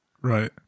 Right